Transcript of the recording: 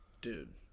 Dude